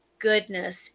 goodness